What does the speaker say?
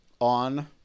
on